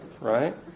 right